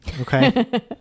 Okay